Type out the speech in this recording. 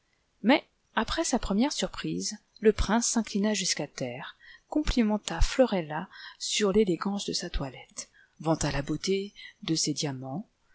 mais après sa première surprise le prince s'inclina jusqu'à terre complimenta florella sur l'élé gance de sa toilette vanta la beauté de ses diamants